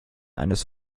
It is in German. eines